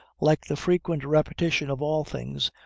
like the frequent repetition of all things,